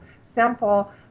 simple